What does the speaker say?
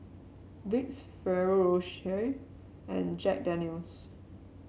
Vicks Ferrero Rocher and Jack Daniel's